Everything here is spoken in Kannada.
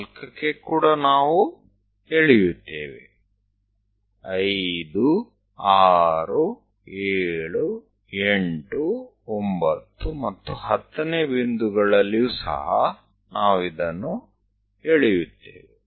4 ಕ್ಕೆ ಕೂಡಾ ನಾವು ಎಳೆಯುತ್ತೇವೆ 5 6 7 8 9 ಮತ್ತು 10 ನೇ ಬಿಂದುಗಳಲ್ಲಿಯೂ ಸಹ ನಾವು ಇದನ್ನು ಎಳೆಯುತ್ತೇವೆ